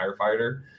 firefighter